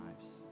lives